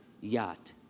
yacht